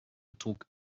betrug